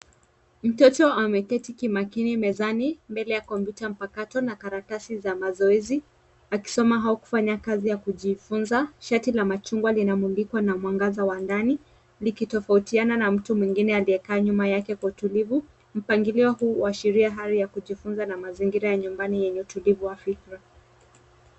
Mtoto ameketi kimakini mezani mbele ya kompyuta mpakato na karatasi za mazoezi akisoma au kufanya kazi ya kujifunza. Shati la machungwa linamulikwa na mwangaza wa ndani likitofautiana na mtu mwingine aliyekaa nyuma yake kwa utulivu. Mpangilio huu huashiria hali ya kujifunza na mazingira ya nyumbani yenye utulivu wa fikira.